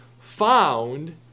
found